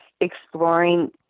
exploring